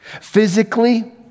Physically